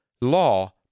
law